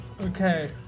Okay